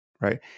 right